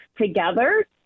together